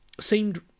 seemed